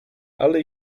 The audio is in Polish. ale